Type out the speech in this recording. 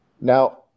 Now